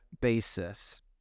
basis